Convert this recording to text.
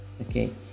okay